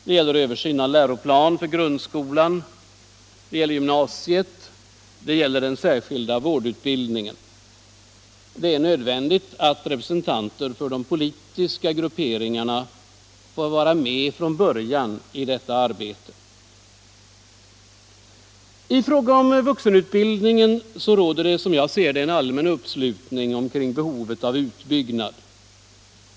Det gäller översyn av läroplanen för grundskolan, det gäller gymnasiet och det gäller den särskilda vårdutbildningen. Det är nödvändigt att representanter för de politiska grupperingarna får vara med från början i detta arbete. I fråga om vuxenutbildningen råder det, som jag ser det, en allmän uppslutning omkring behovet av utbyggnad.